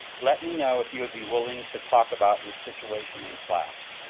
let me know if you would be willing to talk about your situation in class.